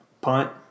punt